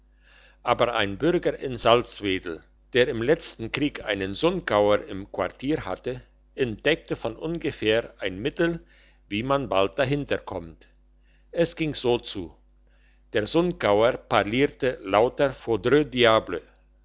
aber ein bürger in salzwedel der im letzten krieg einen sundgauer im quartier hatte entdeckte von ohngefähr ein mittel wie man bald dahinter kommt es ging so zu der sundgauer parlierte lauter foudre diable